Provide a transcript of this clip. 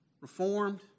reformed